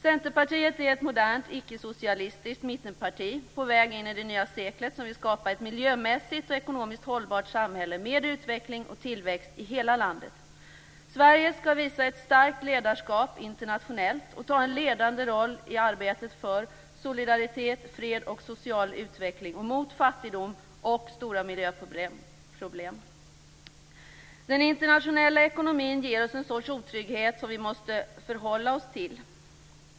Centerpartiet är ett modernt icke-socialistiskt mittenparti som på väg in i det nya seklet vill skapa ett miljömässigt och ekonomiskt hållbart samhälle med utveckling och tillväxt i hela landet. Sverige skall visa ett starkt ledarskap internationellt och spela en ledande roll i arbetet för solidaritet, fred och social utveckling och mot fattigdom och stora miljöproblem. Den internationella ekonomin ger oss en sorts otrygghet som vi måste förhålla oss till.